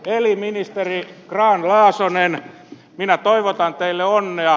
eli ministeri grahn laasonen minä toivotan teille onnea